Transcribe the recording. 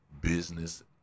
business